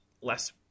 less